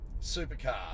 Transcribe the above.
supercar